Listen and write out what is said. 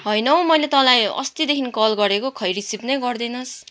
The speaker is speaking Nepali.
होइन हौ मैले तँलाई अस्ति देखिको कल गरेको खै रिसिभ नै गर्दैनस्